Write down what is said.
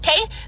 Okay